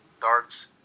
darts